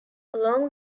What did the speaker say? along